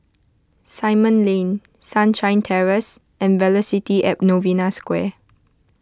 Simon Lane Sunshine Terrace and Velocity at Novena Square